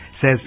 says